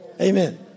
Amen